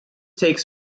takes